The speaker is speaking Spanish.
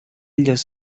ellos